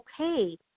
okay